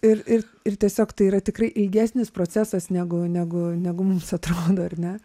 ir ir ir tiesiog tai yra tikrai ilgesnis procesas negu negu negu mums atrodo ar ne